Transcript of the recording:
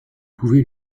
pouvez